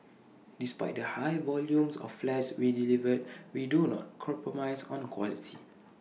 despite the high volume of flats we delivered we do not compromise on quality